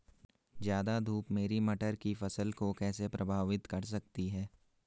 ज़्यादा धूप मेरी मटर की फसल को कैसे प्रभावित कर सकती है?